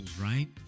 right